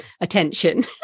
attention